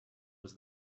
was